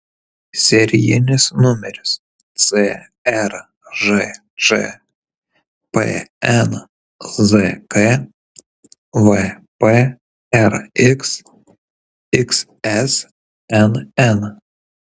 serijinis numeris cržč pnzk vprx xsnn